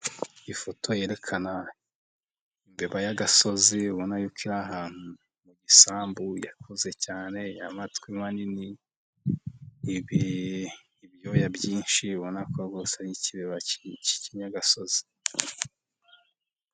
Ifoto yerekana imbeba y'agasozi ubona yuko iri ahantu mu gisambu yakuze cyane y'amatwi manini, ibi ibyoya byinshi ubona ko rwose ari ikibeba k'ikinyagasozi.